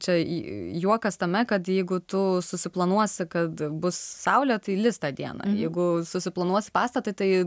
čia juokas tame kad jeigu tu susiplanuosi kad bus saulė tai lis tą dieną jeigu susiplanuosi pastatą tai